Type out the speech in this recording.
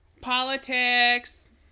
Politics